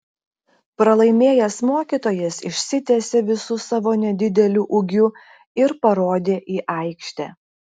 pralaimėjęs mokytojas išsitiesė visu savo nedideliu ūgiu ir parodė į aikštę